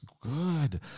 good